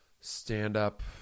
stand-up